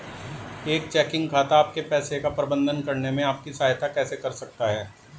एक चेकिंग खाता आपके पैसे का प्रबंधन करने में आपकी सहायता कैसे कर सकता है?